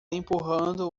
empurrando